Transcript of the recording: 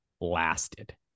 lasted